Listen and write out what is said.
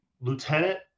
lieutenant